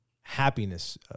happiness